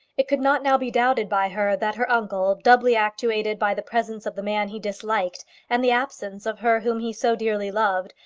it could not now be doubted by her that her uncle, doubly actuated by the presence of the man he disliked and the absence of her whom he so dearly loved,